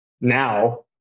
now